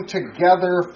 Together